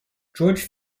george